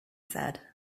said